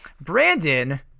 brandon